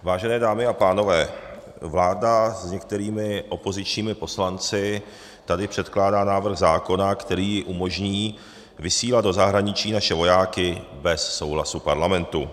Vážené dámy a pánové, vláda s některými opozičními poslanci tady předkládá návrh zákona, který jí umožní vysílat do zahraničí naše vojáky bez souhlasu Parlamentu.